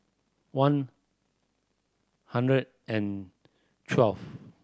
one hundred and twevle